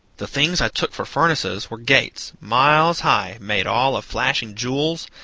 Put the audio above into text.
the things i took for furnaces were gates, miles high, made all of flashing jewels,